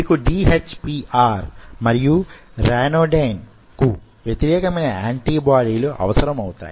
మీకు DHPR మరియు ryanodine కు వ్యతిరేకమైన యాంటిబాడీలు అవసరమౌతాయి